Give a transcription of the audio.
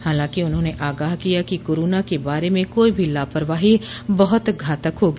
हालांकि उन्होंने आगाह किया कि कोरोना के बारे में कोई भी लापरवाही बहुत घातक होगी